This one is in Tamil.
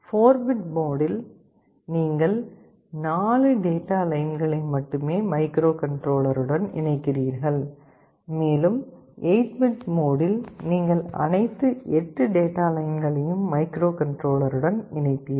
4 பிட் மோடில் நீங்கள் 4 டேட்டா லைன்களை மட்டுமே மைக்ரோகண்ட்ரோலருடன் இணைக்கிறீர்கள் மேலும் 8 பிட் மோடில் நீங்கள் அனைத்து 8 டேட்டா லைன்களையும் மைக்ரோகண்ட்ரோலருடன் இணைப்பீர்கள்